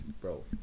bro